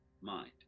mind